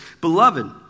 Beloved